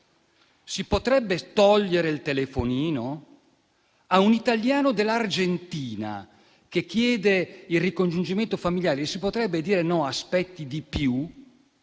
si potrebbe togliere il telefonino? A un italiano dell'Argentina che chiede il ricongiungimento familiare si potrebbe dire no, aspetti di più?